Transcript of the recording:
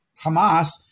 Hamas